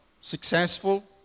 successful